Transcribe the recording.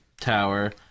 tower